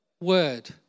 word